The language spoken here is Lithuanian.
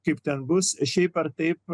kaip ten bus šiaip ar taip